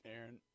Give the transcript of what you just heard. Aaron